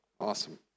Awesome